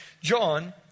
John